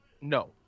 no